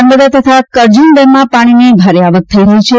નર્મદા તથા કરજણ ડેમમાં પાણીની ભારે આવક થઇ રહી છે